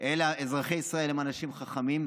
אלא אזרחי ישראל הם אנשים חכמים,